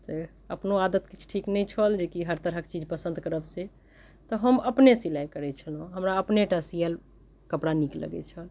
तऽ अपनो आदत किछु ठीक नहि छल जे कि हर तरहके चीज पसन्द करब से तऽ हम अपने सिलाइ करै छलौं हमरा अपने टा सियल कपड़ा नीक लगै छल